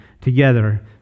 together